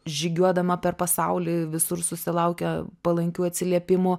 žygiuodama per pasaulį visur susilaukia palankių atsiliepimų